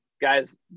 guys